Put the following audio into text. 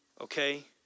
okay